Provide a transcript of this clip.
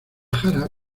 jara